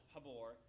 Habor